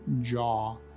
jaw